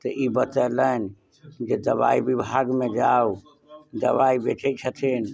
तऽ ई बतेलनि जे दबाइ बिभागमे जाऊ दबाइ बेचै छथिन